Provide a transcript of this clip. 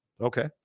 Okay